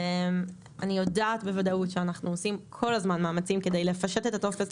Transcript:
אני יודעת בוודאות שאנחנו עושים כל הזמן מאמצים כדי לפשט את הטופס,